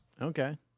Okay